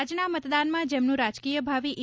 આજના મતદાનમાં જેમનું રાજકીય ભવિષ્ય ઇ